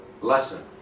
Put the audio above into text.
lesson